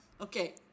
okay